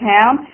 Town